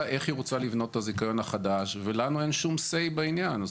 איך היא רוצה לבנות את הזיכיון החדש ולנו אין שום סיי בעניין.